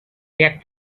check